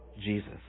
Jesus